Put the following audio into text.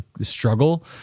struggle